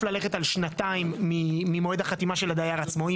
ללכת על שנתיים ממועד החתימה של הדייר עצמו.